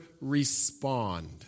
respond